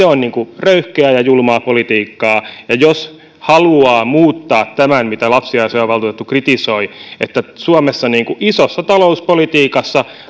on röyhkeää ja julmaa politiikkaa jos haluaa muuttaa tämän mitä lapsiasiainvaltuutettu kritisoi että suomessa isossa talouspolitiikassa